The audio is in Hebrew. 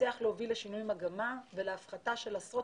שהצליחו להביא לשינוי מגמה ולהפחתה של עשרות